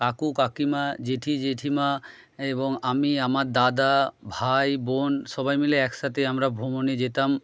কাকু কাকিমা জেঠি জেঠিমা এবং আমি আমার দাদা ভাই বোন সবাই মিলে একসাথে আমরা ভ্রমণে যেতাম